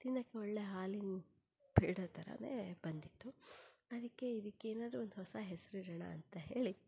ತಿನ್ನೋಕೆ ಒಳ್ಳೆ ಹಾಲಿನ ಪೇಡ ಥರನೆ ಬಂದಿತ್ತು ಅದಕ್ಕೆ ಇದಕ್ಕೇನಾದರೂ ಒಂದು ಹೊಸ ಹೆಸ್ರಿಡೋಣ ಅಂತ ಹೇಳಿ